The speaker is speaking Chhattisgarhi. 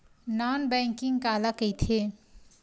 नॉन बैंकिंग काला कइथे?